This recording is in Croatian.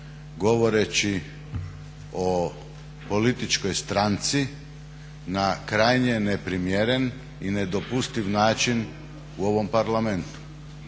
govoreći o političkoj stranci na krajnje neprimjeren i nedopustiv način u ovom Parlamentu.